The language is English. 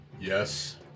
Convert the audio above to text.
yes